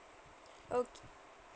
okay